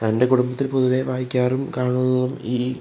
എൻ്റെ കുടുംബത്തിൽ പൊതുവെ വായിക്കാറും കാണുന്നതും ഈ